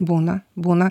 būna būna